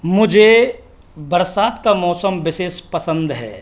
मुझे बरसात का मौसम विशेष पसंद है